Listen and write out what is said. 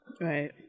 Right